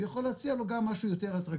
הוא יכול להציע לו גם משהו יותר אטרקטיבי.